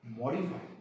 modify